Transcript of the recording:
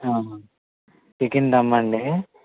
chicken దమ్మా అండి